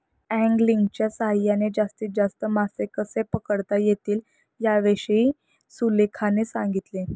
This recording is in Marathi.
अँगलिंगच्या सहाय्याने जास्तीत जास्त मासे कसे पकडता येतील याविषयी सुलेखाने सांगितले